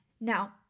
Now